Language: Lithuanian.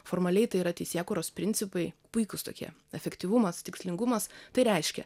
formaliai tai yra teisėkūros principai puikūs tokie efektyvumas tikslingumas tai reiškia